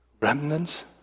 remnants